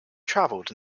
travelled